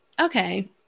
okay